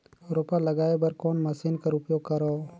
रोपा लगाय बर कोन मशीन कर उपयोग करव?